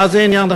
מה זה עניינכם?